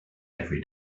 every